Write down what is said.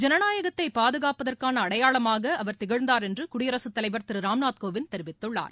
ஜனநாயகத்தை பாதுகாப்பதற்கான அடையாளமாக அவர் திகழ்ந்தார் என்று குடியரசுத் தலைவர் திரு ராம்நாத் கோவிந்த் தெரிவித்துள்ளார்